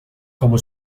como